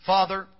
Father